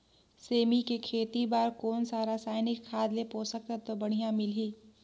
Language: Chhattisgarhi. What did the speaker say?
सेमी के खेती बार कोन सा रसायनिक खाद ले पोषक तत्व बढ़िया मिलही?